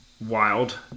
wild